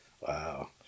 Wow